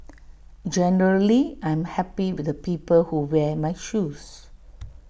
generally I'm happy with the people who wear my shoes